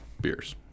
beers